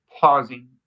pausing